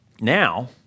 Now